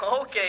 Okay